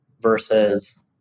versus